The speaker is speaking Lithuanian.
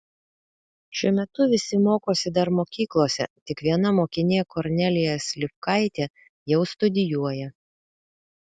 šiuo metu visi mokosi dar mokyklose tik viena mokinė kornelija slivkaitė jau studijuoja